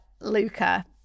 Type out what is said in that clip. Luca